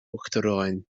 uachtaráin